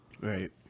right